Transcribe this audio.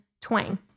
twang